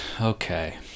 okay